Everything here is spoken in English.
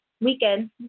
weekend